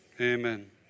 amen